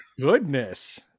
goodness